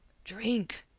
drink!